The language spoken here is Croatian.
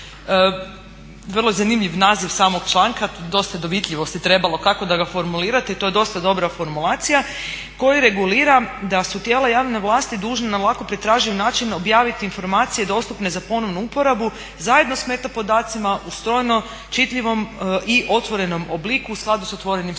Vrlo je zanimljiv naziv samog članka, dosta je dovitljivosti trebalo kako da ga formulirate i to je dosta dobra formulacija koji regulira da su tijela javne vlasti dužna na lako pretraživ način objaviti informacije dostupne za ponovnu uporabu zajedno s …/Govornica se ne razumije./… podacima u čitljivom i otvorenom obliku u skladu s otvorenim standardima.